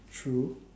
true